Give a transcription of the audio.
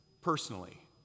personally